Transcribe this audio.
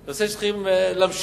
זה נושא שצריכים לדון בו.